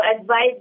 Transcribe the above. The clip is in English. advise